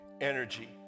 energy